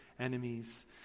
enemies